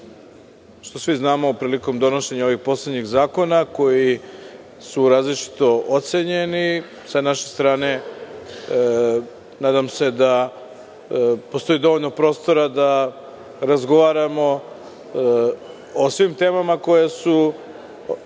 je nastao prilikom donošenja ovih poslednjih zakona koji su različito ocenjeni. Nadam se da postoji dovoljno prostora da razgovaramo o svim temama koje su